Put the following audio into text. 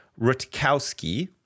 Rutkowski